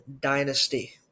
dynasty